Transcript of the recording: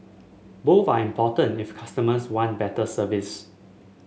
both are important if customers want better service